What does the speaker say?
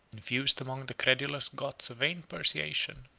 infused among the credulous goths a vain persuasion,